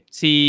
si